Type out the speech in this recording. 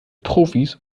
profis